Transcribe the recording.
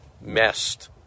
messed